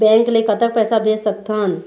Bank ले कतक पैसा भेज सकथन?